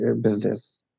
business